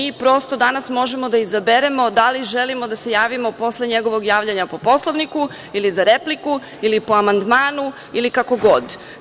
Danas prosto možemo da izaberemo da li želimo da se javimo posle njegovog javljanja po Poslovniku ili za repliku ili po amandmanu ili kako god.